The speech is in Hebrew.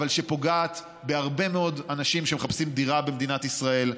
אבל במה שפוגע בהרבה מאוד מהאנשים שמחפשים דירה במדינת ישראל.